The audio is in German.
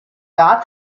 rat